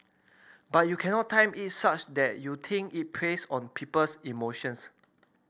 but you cannot time it such that you think it plays on people's emotions